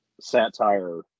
satire